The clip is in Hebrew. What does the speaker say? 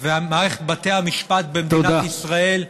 ומערכת בתי המשפט במדינת ישראל,